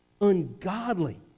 ungodly